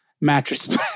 mattress